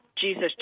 Jesus